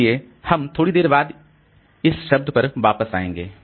इसलिए हम थोड़ी देर बाद इस शब्द पर आएंगे